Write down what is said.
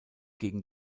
gegen